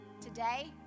Today